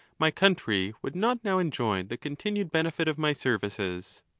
my country would not now enjoy the continued benefit of my services.